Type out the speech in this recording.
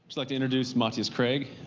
like to introduce matthias craig.